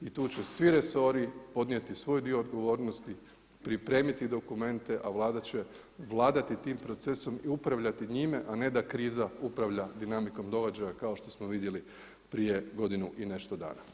I tu će svi resori podnijeti svoj dio odgovornosti, pripremiti dokumente a Vlada će vladati tim procesom i upravljati njime a ne da kriza upravlja dinamikom dovođenja kao što smo vidjeli prije godinu i nešto dana.